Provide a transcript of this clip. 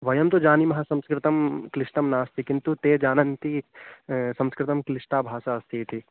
वयं तु जानीमः संस्कृतं क्लिष्टं नास्ति किन्तु ते जानन्ति संस्कृतं क्लिष्टा भाषा अस्ति इति